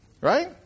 Right